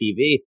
tv